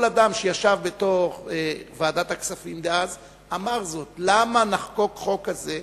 כל אדם שישב בוועדת הכספים דאז אמר זאת: למה נחקוק חוק כזה,